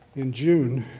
in june.